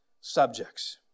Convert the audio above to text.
subjects